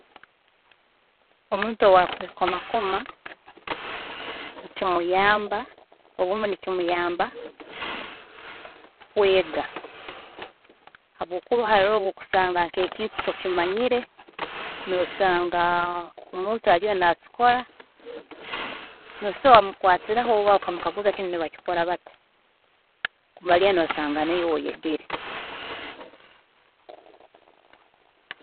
Omuntu owaakwekoma koma nikimuyamba, obumu nikimuyamba kwega, habwokuba haroho obu okusanga nkekintu tokimanyire nosanga omuntu ariyo nakikora, nosobola wamukwatiraho oba wamukaguza kinu nibakikora bata, oba oryaaho wasanga naiwe oyegere.